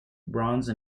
bronze